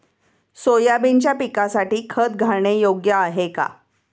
सोयाबीनच्या पिकासाठी खत घालणे योग्य आहे का?